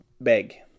beg